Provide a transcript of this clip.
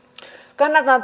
kannatan